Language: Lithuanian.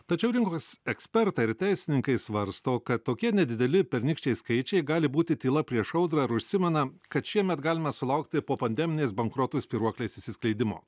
tačiau rinkos ekspertai ir teisininkai svarsto kad tokie nedideli pernykščiai skaičiai gali būti tyla prieš audrą ir užsimena kad šiemet galima sulaukti po pandeminės bankrotų spyruoklės išsiskleidimo